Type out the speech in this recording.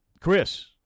Chris